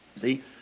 See